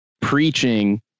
preaching